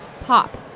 Pop